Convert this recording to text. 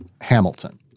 Hamilton